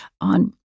on